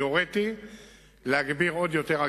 אני הוריתי להגביר עוד יותר.